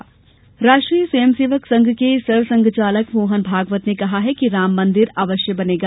मोहन भागवत राष्ट्रीय स्वयंसेवक संघ के सरसंघचालक मोहन भागवत ने कहा कि राम मंदिर अवश्य बनेगा